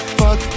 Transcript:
fuck